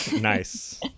Nice